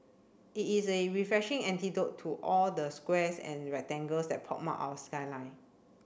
it is a refreshing antidote to all the squares and rectangles that pockmark our skyline